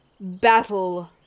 battle